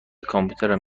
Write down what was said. کامپیوترم